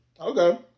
Okay